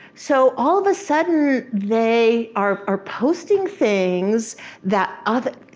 so all of a sudden they are are posting things that other,